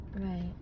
Right